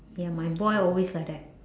ya my boy always like that